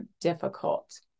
difficult